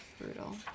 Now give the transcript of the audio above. brutal